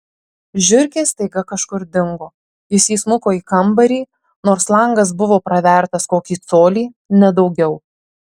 žiurkės staiga kažkur dingo jis įsmuko į kambarį nors langas buvo pravertas kokį colį ne daugiau